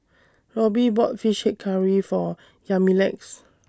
Robby bought Fish Head Curry For Yamilex